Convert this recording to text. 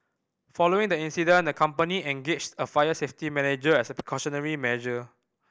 following that incident the company engaged a fire safety manager as a precautionary measure